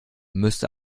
müsste